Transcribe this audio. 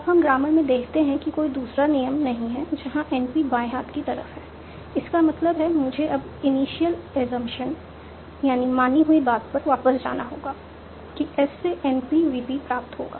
अब हम ग्रामर में देखते हैं कि कोई दूसरा नियम नहीं है जहां NP बाएं हाथ की तरफ है इसका मतलब है मुझे अब इनिशियल एजमशन मानी हुई बात पर वापस जाना होगा कि S से NP VP प्राप्त होगा